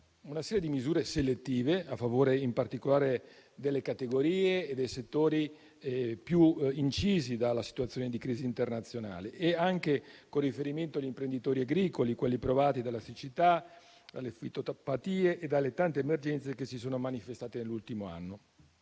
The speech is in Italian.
una serie di misure selettive a favore in particolare delle categorie e dei settori più colpiti dalla situazione di crisi internazionale e anche con riferimento agli imprenditori agricoli, quelli provati dalla siccità, dalle fitopatie e dalle tante emergenze manifestatesi nell'ultimo anno.